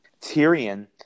Tyrion